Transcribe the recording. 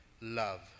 love